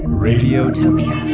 radiotopia